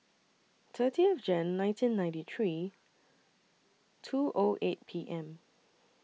thirtieth Jan nineteen ninety three two O eight P M